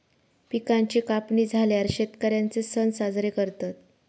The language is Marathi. पिकांची कापणी झाल्यार शेतकर्यांचे सण साजरे करतत